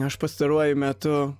aš pastaruoju metu